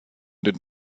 den